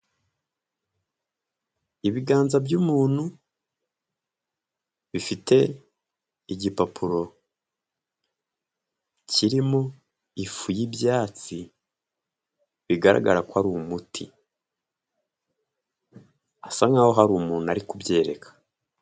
Ibiganza by'umuntu bifite igipapuro kirimo ifu y'ibyatsi, bigaragara ko ari umuti, asa nkaho hari umuntu ari kubyereka.